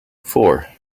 four